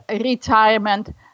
retirement